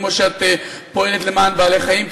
כמו שאת פועלת למען בעלי-חיים,